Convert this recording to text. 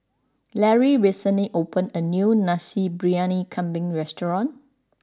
Larry recently opened a new Nasi Briyani Kambing restaurant